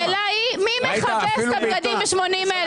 השאלה היא מי מכבס את הבגדים ב-80,000,